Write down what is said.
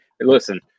Listen